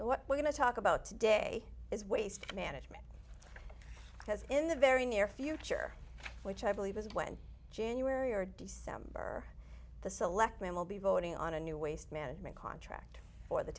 what we're going to talk about today is waste management because in the very near future which i believe is when january or december the selectmen will be voting on a new waste management contract for the